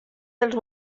dels